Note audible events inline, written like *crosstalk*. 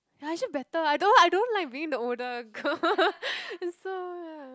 ya actually better I don't I don't like being the older girl *laughs* is so ya